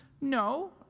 No